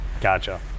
Gotcha